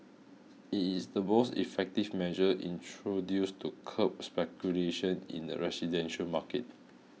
it is the most effective measure introduced to curb speculation in the residential market